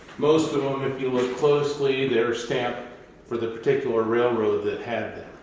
most of them, if you look closely, they're stamped for the particular railroad that had